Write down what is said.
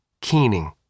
keening